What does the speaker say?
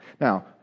Now